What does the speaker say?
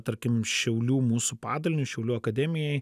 tarkim šiaulių mūsų padaliniui šiaulių akademijai